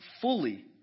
fully